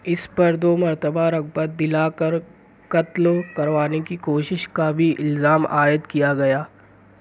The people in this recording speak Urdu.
اس پر دو مرتبہ رغبت دلا کر قتل کروانے کی کوشش کا بھی الزام عائد کیا گیا